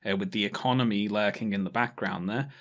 ah with the economy lurking in the background there.